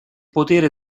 potere